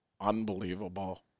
unbelievable